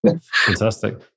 Fantastic